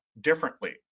differently